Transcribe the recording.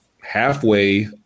halfway